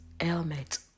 Helmet